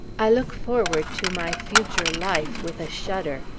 i look forward to my future life with a shudder.